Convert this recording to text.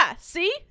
see